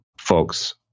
folks